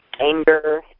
anger